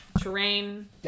Terrain